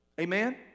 Amen